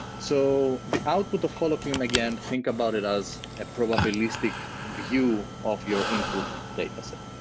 so the output of holoclean, again, think about it as a probabilistic view of your input dataset.